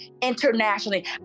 internationally